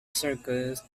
circuits